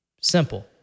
Simple